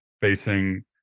facing